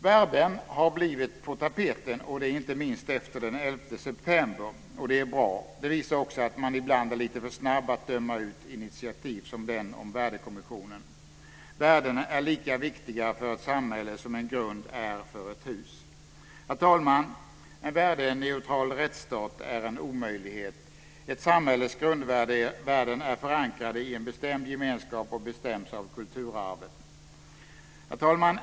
Värden har blivit på tapeten, inte minst efter den 11 september. Och det är bra. Det visar också att man ibland är lite för snabb att döma ut initiativ som den om värdekommissionen. Värdena är lika viktiga för ett samhälle som en grund är för ett hus. Herr talman! En värdeneutral rättsstat är en omöjlighet. Ett samhälles grundvärden är förankrade i en bestämd gemenskap och bestäms av kulturarvet. Herr talman!